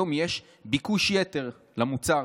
היום יש ביקוש יתר למוצר.